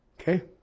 Okay